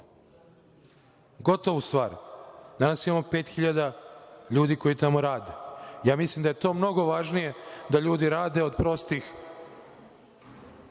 gotovu stvar. Danas imamo pet hiljada ljudi koji tamo rade. Mislim da je to mnogo važnije da ljudi rade, od prostih